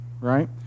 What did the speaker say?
right